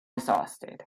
exhausted